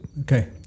okay